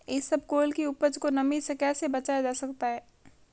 इसबगोल की उपज को नमी से कैसे बचाया जा सकता है?